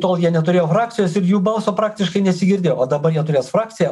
tol jie neturėjo frakcijos ir jų balso praktiškai nesigirdi o dabar jie turės frakciją